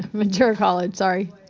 ventura college, sorry.